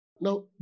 Now